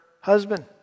husband